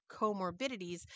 comorbidities